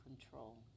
control